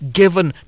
given